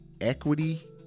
equity